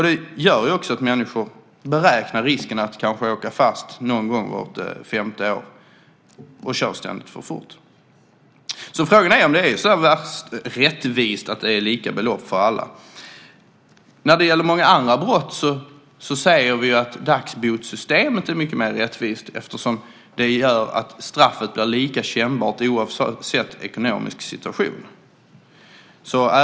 Det gör också att människor beräknar risken att åka fast till någon gång vart femte år och ständigt kör för fort. Frågan är om det är så värst rättvist att det är lika belopp för alla. När det gäller många andra brott säger vi att dagsbotsystemet är mycket mer rättvist, eftersom det gör att straffet blir lika kännbart oavsett ekonomisk situation.